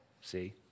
See